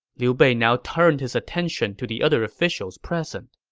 liu bei now turned his attention to the other officials present.